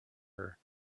her